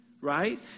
right